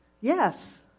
Yes